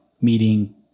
meeting